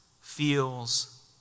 feels